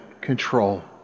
control